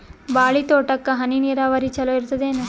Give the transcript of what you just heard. ಬಾಳಿ ತೋಟಕ್ಕ ಹನಿ ನೀರಾವರಿ ಚಲೋ ಇರತದೇನು?